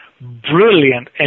brilliant